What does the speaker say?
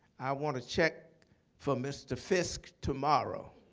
i want a check for mr. fisk tomorrow.